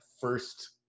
first